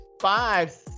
five